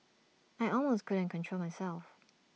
I almost couldn't control myself